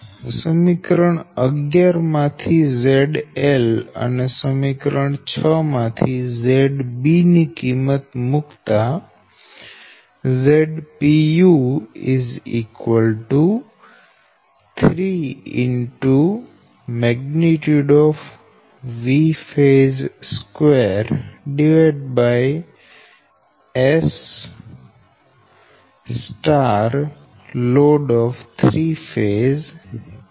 સમીકરણ 11 માંથી ZL અને સમીકરણ 6 માંથી ZB ની કિંમત મુકતા Zpu 3 Vphase2SLoad 3ɸ BB 2